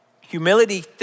Humility